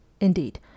Indeed